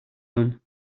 them